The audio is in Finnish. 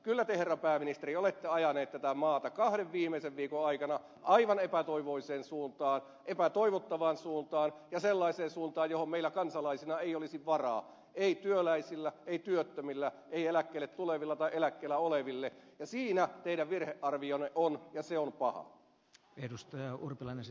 kyllä te herra pääministeri olette ajaneet tätä maata kahden viimeisen viikon aikana aivan epätoivoiseen suuntaan epätoivottavaan suuntaan ja sellaiseen suuntaan johon meillä kansalaisina ei olisi varaa ei työläisillä ei työttömillä ei eläkkeelle tulevilla tai eläkkeellä olevilla ja siinä teidän virhearvionne on ja se on paha